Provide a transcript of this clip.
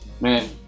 man